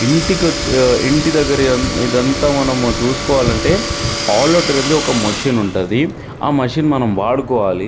ఇంటికొచ్చి ఇంటి దగ్గర ఇద ఇదంతా మనం చూసుకోవాలంటే ఆల్ అవుట్ అనేది ఒక మషిన్ ఉంటుంది ఆ మషిన్ మనం వాడుకోవాలి